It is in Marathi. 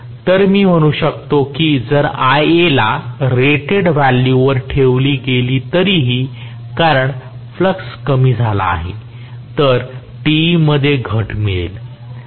तर मी म्हणू शकतो कि जर Ia ला रेटेड व्हॅल्यू वर ठेवली गेली तरीही कारण फ्लक्स कमी झाला तर मला Te मध्ये घट मिळेल